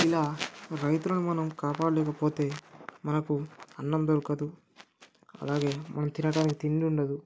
ఇలా రైతులను మనం కాపాడలేకపోతే మనకు అన్నం దొరకదు అలాగే మనం తినడానికి తిండి ఉండదు